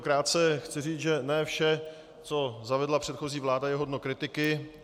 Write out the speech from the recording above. Jenom krátce chci říct, že ne vše, co zavedla předchozí vláda, je hodno kritiky.